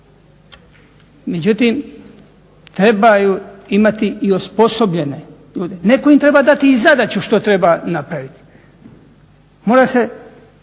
Međutim, trebaju imati i osposobljene ljude. Netko im treba dati i zadaću što treba napraviti. Mora se